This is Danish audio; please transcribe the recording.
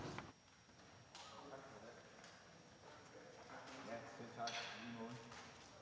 Tak for ordet.